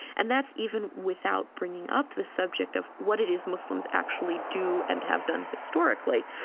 and that's even without bringing up the subject of what it is muslims actually do and have done historically,